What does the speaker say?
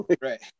right